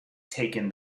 taken